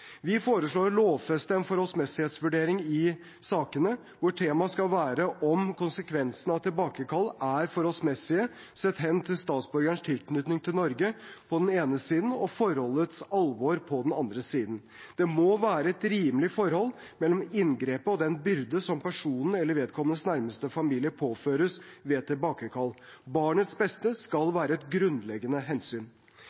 Vi foreslår å lovfeste en forholdsmessighetsvurdering i sakene, hvor temaet skal være om konsekvensene av tilbakekall er forholdsmessige sett hen til statsborgerens tilknytning til Norge på den ene siden og forholdets alvor på den andre siden. Det må være et rimelig forhold mellom inngrepet og den byrde som personen eller vedkommendes nærmeste familie påføres ved tilbakekall. Barnets beste skal